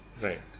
Right